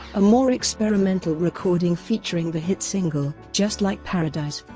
a more experimental recording featuring the hit single just like paradise.